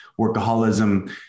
workaholism